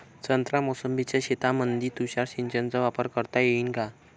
संत्रा मोसंबीच्या शेतामंदी तुषार सिंचनचा वापर करता येईन का?